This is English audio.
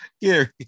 Gary